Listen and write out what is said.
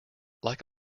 like